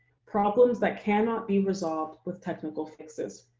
problems that cannot be resolved with technical fixes.